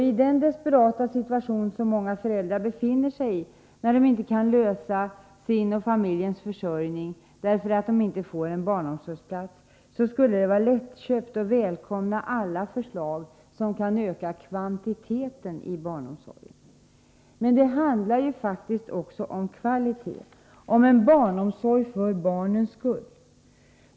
I den desperata situation som många 101 föräldrar befinner sig i när de inte kan lösa sin och familjens försörjning, därför att de inte får en barnomsorgsplats, skulle det vara lättköpt att välkomna alla förslag som kan öka kvantiteten i barnomsorgen. Men det handlar ju faktiskt också om kvalitet, om en barnomsorg för barnens skull.